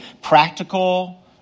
practical